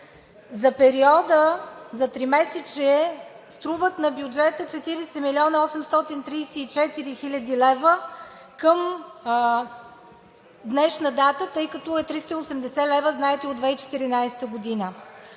за периода за тримесечие струват на бюджета 40 млн. 834 хил. лв. към днешна дата, тъй като е 380 лв., знаете, от 2014 г.